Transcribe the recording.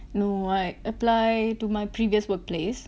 know what apply to my previous work place